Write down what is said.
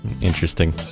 interesting